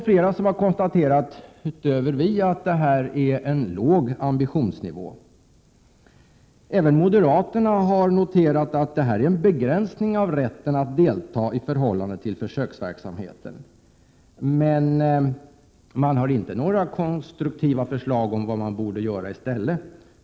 Flera har konstaterat, utöver att vi har gjort det, att det här är en låg ambitionsnivå. Även moderaterna har noterat att den reguljära utbildningen innebär en begränsning av rätten att delta i förhållande till försöksverksamheten. Men moderaterna har inte några konstruktiva förslag om vad man borde göra i stället.